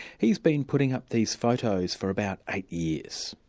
he's been putting up these photos for about eight years.